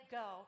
go